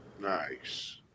Nice